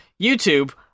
YouTube